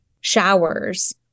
showers